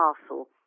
castle